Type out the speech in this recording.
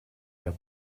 were